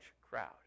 crowd